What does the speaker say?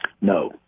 No